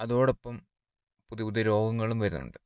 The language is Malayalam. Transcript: അതോടൊപ്പം പുതിയ പുതിയ രോഗങ്ങളും വരുന്നുണ്ട്